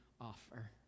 offer